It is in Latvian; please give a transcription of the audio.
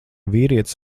vīrietis